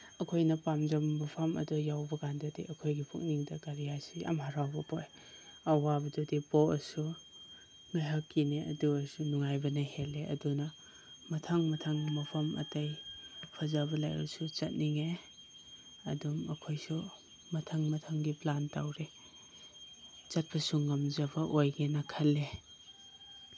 ꯑꯩꯈꯣꯏꯅ ꯄꯥꯝꯖꯕ ꯃꯐꯝ ꯑꯗꯣ ꯌꯧꯕꯀꯥꯟꯗꯗꯤ ꯑꯩꯈꯣꯏꯒꯤ ꯄꯨꯛꯅꯤꯡꯗ ꯀꯔꯤ ꯍꯥꯏꯁꯤꯔꯥ ꯌꯥꯝ ꯍꯔꯥꯎꯕ ꯄꯣꯛꯑꯦ ꯑꯋꯥꯕꯗꯨꯗꯤ ꯄꯣꯛꯑꯁꯨ ꯉꯥꯏꯍꯥꯛꯀꯤꯅꯤ ꯑꯗꯨ ꯑꯣꯏꯔꯁꯨ ꯅꯨꯡꯉꯥꯏꯕꯅ ꯍꯦꯜꯂꯤ ꯑꯗꯨꯅ ꯃꯊꯪ ꯃꯊꯪ ꯃꯐꯝ ꯑꯇꯩ ꯐꯖꯕ ꯂꯩꯔꯁꯨ ꯆꯠꯅꯤꯡꯉꯦ ꯑꯗꯨꯝ ꯑꯩꯈꯣꯏꯁꯨ ꯃꯊꯪ ꯃꯊꯪꯒꯤ ꯄ꯭ꯂꯥꯟ ꯇꯧꯔꯤ ꯆꯠꯄꯁꯨ ꯉꯝꯖꯕ ꯑꯣꯏꯒꯦꯅ ꯈꯜꯂꯦ